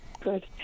good